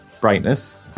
brightness